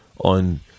on